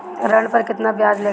ऋण पर केतना ब्याज लगी?